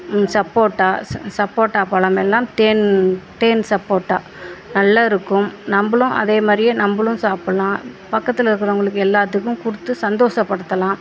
சப்போட்டா சப்போட்டா பழம் எல்லாம் தேன் தேன் சப்போட்டா நல்லா இருக்கும் நம்பளும் அதே மாதிரியே நம்பளும் சாப்பிடலாம் பக்கத்தில் இருக்கிறவங்களுக்கு எல்லாத்துக்கும் கொடுத்து சந்தோசப்படுத்தலாம்